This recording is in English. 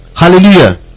Hallelujah